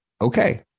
okay